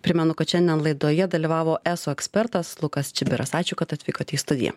primenu kad šiandien laidoje dalyvavo eso ekspertas lukas čibiras ačiū kad atvykote į studiją